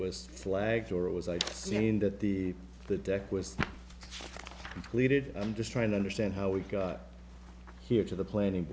was flagged or it was i mean that the the deck was pleaded i'm just trying to understand how we got here to the planning